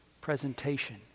presentation